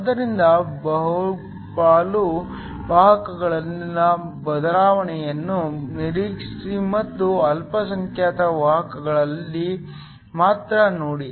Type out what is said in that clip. ಆದ್ದರಿಂದ ಬಹುಪಾಲು ವಾಹಕಗಳಲ್ಲಿನ ಬದಲಾವಣೆಯನ್ನು ನಿರ್ಲಕ್ಷಿಸಿ ಮತ್ತು ಅಲ್ಪಸಂಖ್ಯಾತ ವಾಹಕಗಳಲ್ಲಿ ಮಾತ್ರ ನೋಡಿ